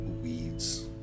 weeds